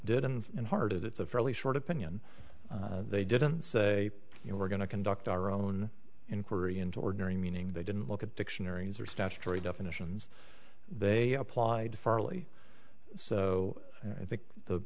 did and in heart it's a fairly short opinion they didn't say you know we're going to conduct our own inquiry into ordinary meaning they didn't look at dictionaries or statutory definitions they applied fairly so i think